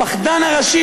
הפחדן הראשי,